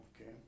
Okay